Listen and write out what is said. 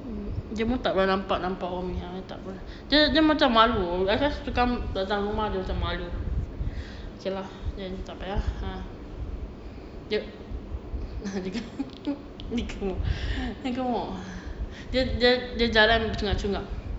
mm dia pun tak pernah nampak ah dia dia macam malu ask her to come datang rumah dia macam malu okay lah then tak payah dia dia dia gemuk dia gemuk dia dia dia jalan tercungap-cungap